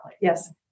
Yes